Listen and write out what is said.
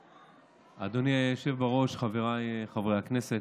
אדוני היושב בראש, חבריי חברי הכנסת,